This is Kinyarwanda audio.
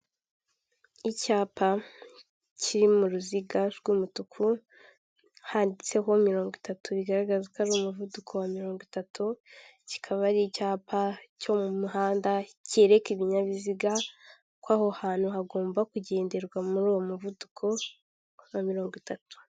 Icyapa kiri m'Uruziga rw'umutuku handitseho mirongo itatu bigaragaza ko ari umuvuduko wa mirongo itatu kikaba ari icyapa cyo mu muhanda cyereka ibinyabiziga ko aho hantu hagomba kugenderwa muri uwo muvuduko wa mirongo itatu.